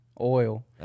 Oil